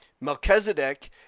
Melchizedek